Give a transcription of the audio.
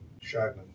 Shagman